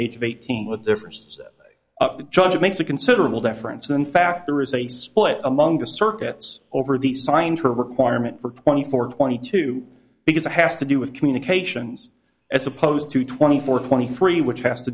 age of eighteen with differences the judge makes a considerable difference in fact there is a split among the circuits over these signs her requirement for twenty four twenty two because it has to do with communications as opposed to twenty four twenty three which has to